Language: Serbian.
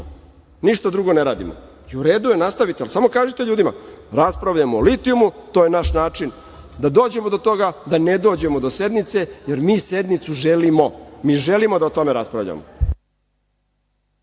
Ništa drugo ne radimo. U redu je, nastavite, ali samo kažite ljudima - raspravljamo o litijumu, to je naš način da dođemo do toga, da ne dođemo do sednice, jer mi sednicu želimo. Mi želimo da o tome raspravljamo.